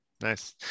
Nice